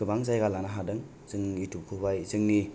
गोबां जायगा लानो हादों जों इउथुब खौहाय जोंनि